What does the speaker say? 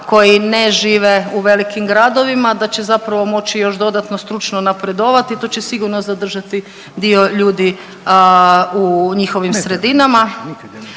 koji ne žive u velikim gradovima da će zapravo moći još dodatno stručno napredovati, to će sigurno zadržati dio ljudi u njihovim sredinama.